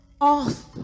off